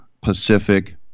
pacific